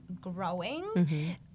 growing